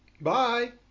bye